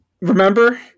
remember